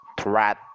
threat